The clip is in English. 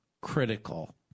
critical